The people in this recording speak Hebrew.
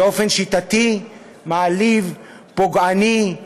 באופן שיטתי, מעליב, פוגעני,